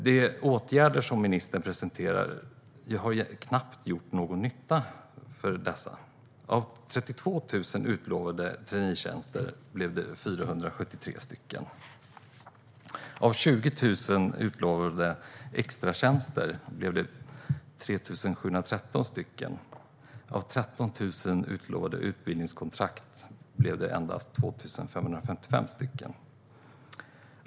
De åtgärder som ministern presenterat har knappt gjort någon nytta för dessa personer. Av 32 000 utlovade traineetjänster blev det 473. Av 20 000 utlovade extratjänster blev det 3 713. Av 13 000 utlovade utbildningskontrakt blev det endast 2 555.